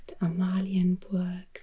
Amalienburg